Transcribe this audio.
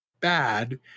bad